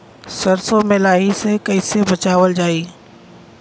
सरसो में लाही से कईसे बचावल जाई?